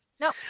No